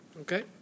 Okay